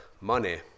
money